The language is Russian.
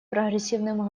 прогрессивным